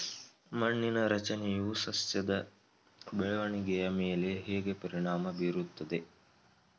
ಮಣ್ಣಿನ ರಚನೆಯು ಸಸ್ಯದ ಬೆಳವಣಿಗೆಯ ಮೇಲೆ ಹೇಗೆ ಪರಿಣಾಮ ಬೀರುತ್ತದೆ?